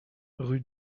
rue